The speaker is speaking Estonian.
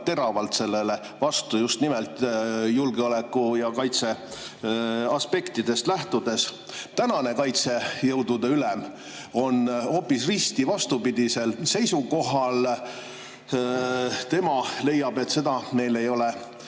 teravalt sellele vastu just nimelt julgeoleku ja kaitse aspektidest lähtudes. Tänane kaitsejõudude ülem on risti vastupidisel seisukohal. Tema leiab, et seda ei ole